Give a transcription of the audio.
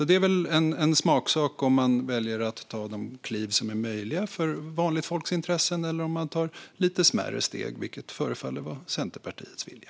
Det är en smaksak om man väljer att ta de kliv som är möjliga för vanligt folks intressen eller om man tar lite smärre steg, vilket förefaller vara Centerpartiets vilja.